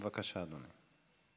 בבקשה, אדוני.